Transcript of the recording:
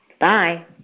Bye